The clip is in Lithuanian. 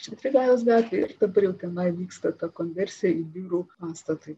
švitrigailos gatvėje ir dabar jau tenai vyksta tą konversija į biurų pastatą